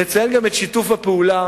את שיתוף הפעולה